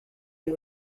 and